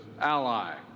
ally